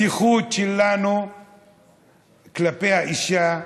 עברנו כברת דרך בפתיחות שלנו כלפי האישה,